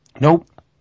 nope